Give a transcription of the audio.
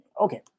Okay